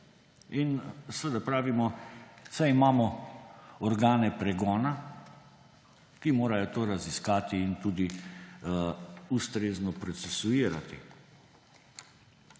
In seveda pravimo, saj imamo organe pregona, ki morajo to raziskati in tudi ustrezno procesirati.